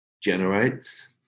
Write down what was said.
generates